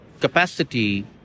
capacity